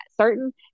certain